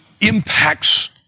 impacts